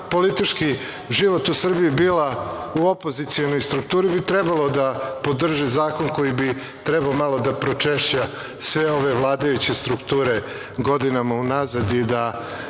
politički život u Srbiji bila u opozicionoj strukturi, bi trebalo da podrži zakon koji bi trebao malo da pročešlja sve ove vladajuće strukture godinama unazad i da